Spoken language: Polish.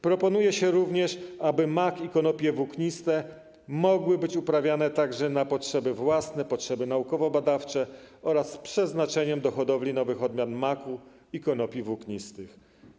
Proponuje się również, aby mak i konopie włókniste mogły być uprawiane także na potrzeby własne, na potrzeby naukowo-badawcze oraz z przeznaczeniem do hodowli nowych odmian maku i konopi włóknistych.